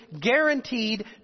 guaranteed